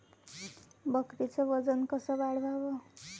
बकरीचं वजन कस वाढवाव?